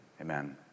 Amen